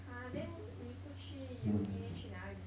!huh! then 你不去 uni then 去哪里